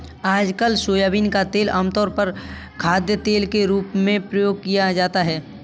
आजकल सोयाबीन का तेल आमतौर पर खाद्यतेल के रूप में प्रयोग किया जाता है